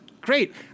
great